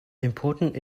important